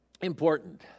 Important